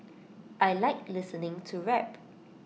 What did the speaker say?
I Like listening to rap